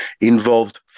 involved